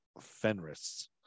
Fenris